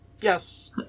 Yes